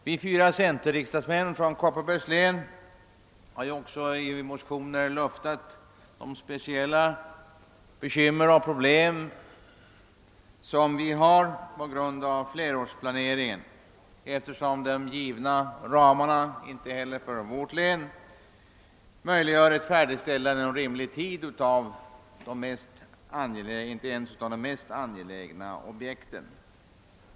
Vi fyra centerriksdagsmän från Kopparbergs län har i motioner luftat de speciella bekymmer vi har på grund av flerårsplaneringen, eftersom de givna ramarna inte heller för vårt län möjliggör ett färdigställande inom rimlig tid ens av de mest angelägna objekten.